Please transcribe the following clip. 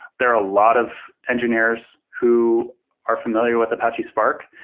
there are a lot of engineers who are familiar with apache spark.